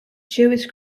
jewish